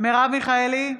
מרב מיכאלי,